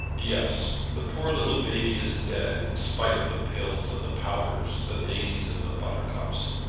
yes the poor little baby is dead, in spite of the pills and the powders, the daisies and the buttercups!